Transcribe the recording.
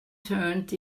turned